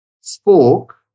spoke